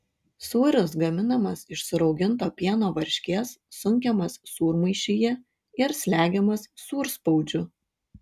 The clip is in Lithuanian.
sūris gaminamas iš surauginto pieno varškės sunkiamas sūrmaišyje ir slegiamas sūrspaudžiu